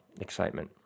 excitement